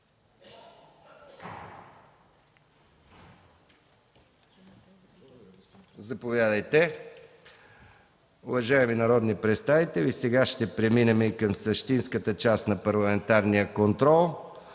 отговорите. Уважаеми народни представители, сега ще преминем и към същинската част на Парламентарния контрол.